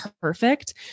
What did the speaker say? perfect